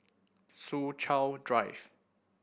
Soo Chow Drive